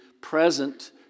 present